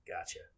gotcha